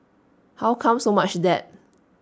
how come so much debt